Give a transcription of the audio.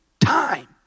time